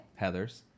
Heathers